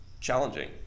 challenging